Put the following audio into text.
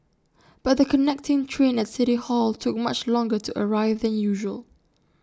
but the connecting train at city hall took much longer to arrive than usual